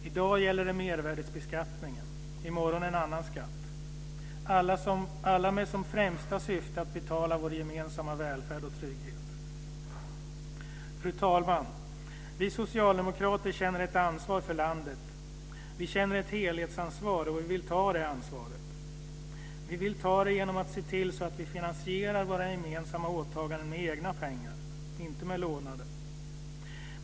I dag gäller det mervärdesbeskattningen, i morgon en annan skatt, alla med främsta syfte att betala vår gemensamma välfärd och trygghet. Fru talman! Vi socialdemokrater känner ett ansvar för landet. Vi känner ett helhetsansvar - och vi vill ta det ansvaret. Vi vill ta det genom att se till att vi finansierar våra gemensamma åtaganden med egna pengar - inte med lånade.